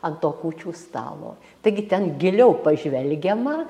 ant to kūčių stalo taigi ten giliau pažvelgiama